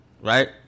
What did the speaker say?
right